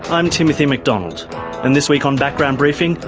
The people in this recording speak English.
i'm timothy mcdonald and this week on background briefing,